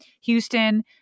Houston